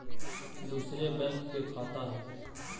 दुसरे बैंक के खाता हैं?